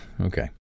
okay